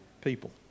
people